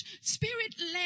spirit-led